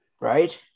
right